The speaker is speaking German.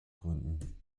gründen